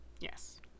Yes